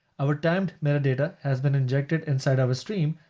our timed metadata has been injected inside of a stream.